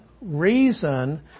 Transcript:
reason